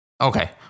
Okay